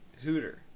Hooter